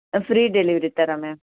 ஆ free delivery தரோம் ma'am